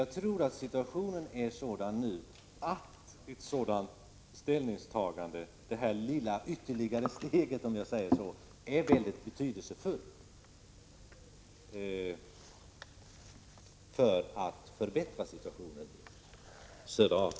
Jag tror att situationen nu är sådan att ett ställningstagande — det lilla ytterligare steget, om jag får säga så — är väldigt betydelsefullt för att förbättra situationen i södra Afrika.